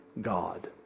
God